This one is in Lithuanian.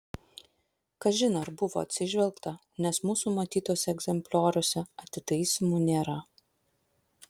kažin ar buvo atsižvelgta nes mūsų matytuose egzemplioriuose atitaisymų nėra